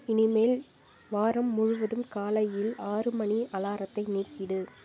இனிமேல் வாரம் முழுவதும் காலையில் ஆறு மணி அலாரத்தை நீக்கிடு